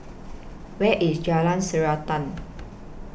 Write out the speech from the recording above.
Where IS Jalan Srantan